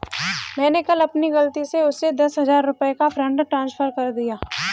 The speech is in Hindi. मैंने कल अपनी गलती से उसे दस हजार रुपया का फ़ंड ट्रांस्फर कर दिया